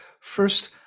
first